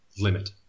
limit